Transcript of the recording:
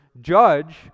judge